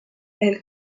elles